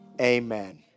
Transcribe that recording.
amen